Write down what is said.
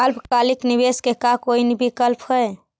अल्पकालिक निवेश के का कोई विकल्प है?